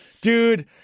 Dude